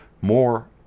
more